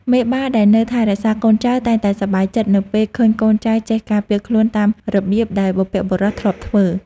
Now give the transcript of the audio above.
មេបាដែលនៅថែរក្សាកូនចៅតែងតែសប្បាយចិត្តនៅពេលឃើញកូនចៅចេះការពារខ្លួនតាមរបៀបដែលបុព្វបុរសធ្លាប់ធ្វើ។